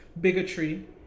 bigotry